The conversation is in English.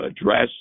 address